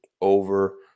over